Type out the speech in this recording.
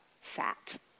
sat